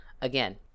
Again